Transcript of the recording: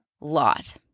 lot